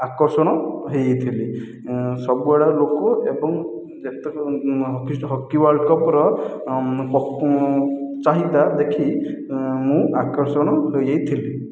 ଆକର୍ଷଣ ହୋଇଯାଇଥିଲି ସବୁଆଡ଼େ ଲୋକ ଏବଂ ଯେତେକ ହକି ୱାର୍ଲଡ଼ କପ୍ ର ଚାହିଦା ଦେଖି ମୁଁ ଆକର୍ଷଣ ହୋଇଯାଇଥିଲି